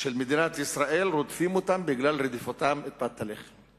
של מדינת ישראל רודפים אותם בגלל רדיפתם אחר פת הלחם.